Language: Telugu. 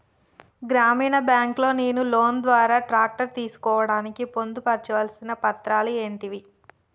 గ్రామీణ బ్యాంక్ లో నేను లోన్ ద్వారా ట్రాక్టర్ తీసుకోవడానికి పొందు పర్చాల్సిన పత్రాలు ఏంటివి?